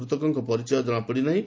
ମୂତକଙ୍କ ପରିଚୟ ଜଣାପଡିନାହିଁ